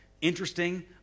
Interesting